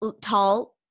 tall